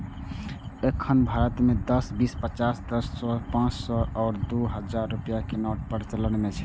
एखन भारत मे दस, बीस, पचास, सय, दू सय, पांच सय आ दू हजार रुपैया के नोट प्रचलन मे छै